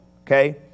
okay